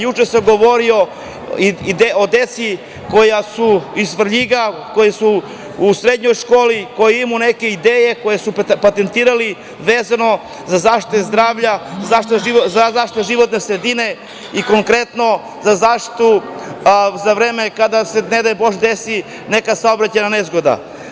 Juče sam govorio i o deci iz Svrljiga koja idu u srednju školu, a koja imaju neke ideje koje su patentirali vezano za zaštitu zdravlja, za zaštitu životne sredine i, konkretno, zaštitu kada se ne daj bože desi neka saobraćajna nezgoda.